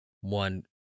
one